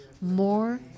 more